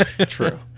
True